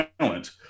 talent